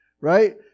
Right